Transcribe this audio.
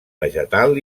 vegetal